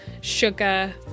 sugar